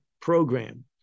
program